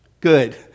Good